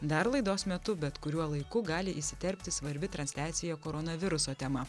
dar laidos metu bet kuriuo laiku gali įsiterpti svarbi transliacija koronaviruso tema